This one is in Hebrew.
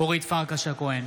הכהן,